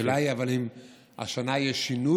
השאלה היא, אבל, אם השנה יש שינוי